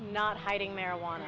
not hiding marijuana